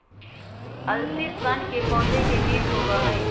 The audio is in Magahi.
अलसी सन के पौधे के बीज होबा हई